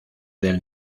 del